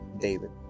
David